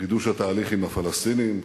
מחידוש התהליך עם הפלסטינים,